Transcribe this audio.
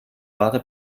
wahre